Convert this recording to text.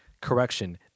Correction